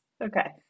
Okay